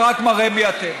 זה רק מראה מי אתם.